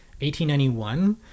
1891